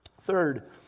Third